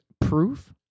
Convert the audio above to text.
proof